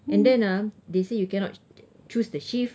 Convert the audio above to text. and then uh they say you cannot choose the shift